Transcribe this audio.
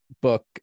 book